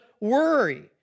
worry